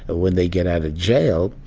when they get out of jail,